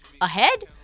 ahead